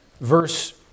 verse